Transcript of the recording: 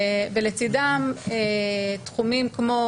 ולצדם, תחומים כמו: